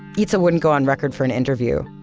eatsa wouldn't go on record for an interview,